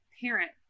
parent